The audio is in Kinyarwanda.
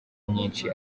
nyinshi